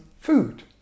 food